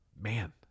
Man